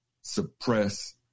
suppress